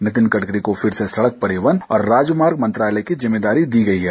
नितिन गड़करी को फिर से सड़क परिवहन और राजमार्ग मंत्रालय की जिम्मेदारी दी गई है